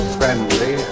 friendly